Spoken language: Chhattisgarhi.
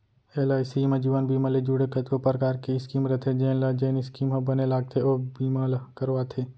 एल.आई.सी म जीवन बीमा ले जुड़े कतको परकार के स्कीम रथे जेन ल जेन स्कीम ह बने लागथे ओ बीमा ल करवाथे